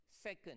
Second